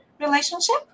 relationship